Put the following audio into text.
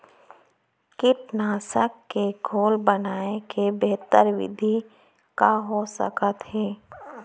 कीटनाशक के घोल बनाए के बेहतर विधि का हो सकत हे?